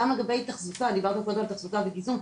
גם לגבי תחזוקה דיברתם קודם על תחזוקה וגיזום,